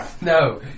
No